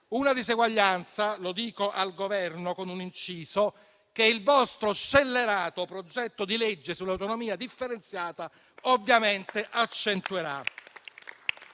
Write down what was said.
- mi rivolgo al Governo, con un inciso - il vostro scellerato progetto di legge sull'autonomia differenziata ovviamente accentuerà.